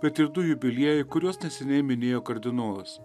bet ir du jubiliejai kuriuos neseniai minėjo kardinolas